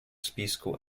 списку